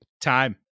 Time